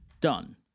done